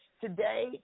today